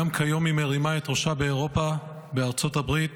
גם כיום היא מרימה את ראשה באירופה, בארצות הברית